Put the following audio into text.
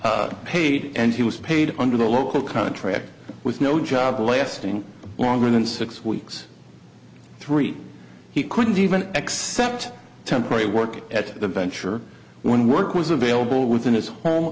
that paid and he was paid under the local contract with no job lasting longer than six weeks three he couldn't even accept temporary work at the bench or when work was available within his ho